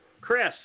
Chris